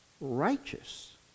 righteous